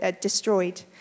destroyed